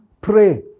pray